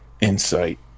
insight